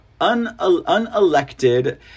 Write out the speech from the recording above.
unelected